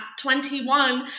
21